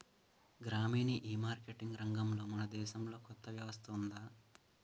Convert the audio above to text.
గ్రామీణ ఈమార్కెటింగ్ రంగంలో మన దేశంలో కొత్త వ్యవస్థ ఉందా?